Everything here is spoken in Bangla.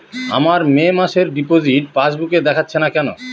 আমার মে মাসের ডিপোজিট পাসবুকে দেখাচ্ছে না কেন?